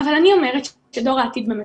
אבל אני אומרת שדור העתיד במצוקה.